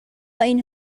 این